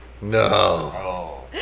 No